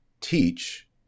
teach